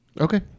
Okay